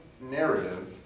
narrative